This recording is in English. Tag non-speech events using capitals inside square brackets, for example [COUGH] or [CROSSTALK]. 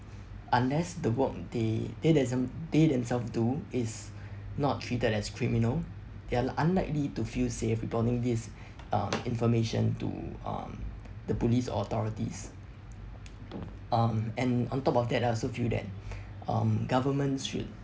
unless the work they they thems~ they themselves do is [BREATH] not treated as criminal they are unlikely to feel safe reporting this um information to um the police authorities um and on top of that I also feel that [BREATH] um governments should